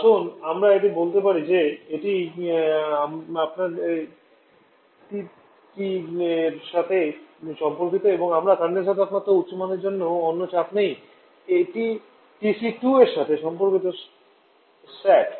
আসুন আমরা এটি বলতে পারি যে এটি আপনার TS T 1 এর সাথে সম্পর্কিত এবং আমরা কনডেনসার তাপমাত্রার উচ্চ মানের জন্য অন্য চাপ নিই এটি টিসি 2 এর সাথে সম্পর্কিত স্যাট